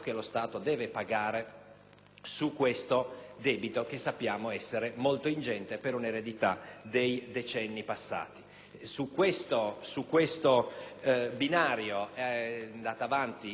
Su tale binario è andata avanti la Commissione. Io confido che il lavoro svolto in quella sede sia recepito